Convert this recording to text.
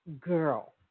girl